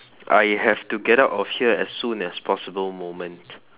I have to get out of here as soon as possible moment